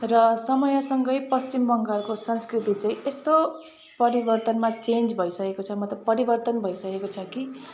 र समयसँगै पश्चिम बङ्गालको संस्कृति चाहिँ यस्तो परिवर्तनमा चेन्ज भइसकेको छ मतलब परिवर्तन भइसकेको छ कि